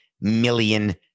million